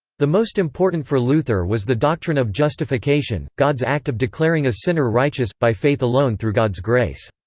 the most important for luther was the doctrine of justification god's act of declaring a sinner righteous by faith alone through god's grace.